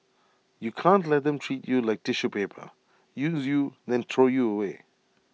you can't let them treat you like tissue paper use you then throw you away